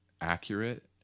accurate